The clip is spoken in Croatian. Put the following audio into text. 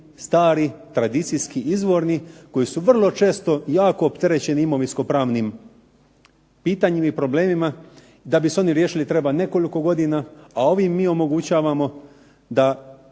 stari, tradicijski izvorni koji su vrlo često jako opterećeni imovinsko-pravnim pitanjem i problemima. Da bi se oni riješili treba nekoliko godina, a ovim mi omogućavamo da